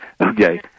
Okay